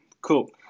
Cool